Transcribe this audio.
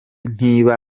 niba